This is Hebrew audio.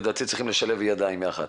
לדעתי צריך לשלב ידיים יחד,